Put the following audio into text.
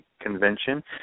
convention